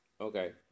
okay